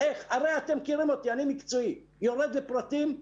הרי מכירים אותי, אני מקצועי ויורד לפרטים.